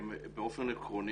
הן באופן עקרוני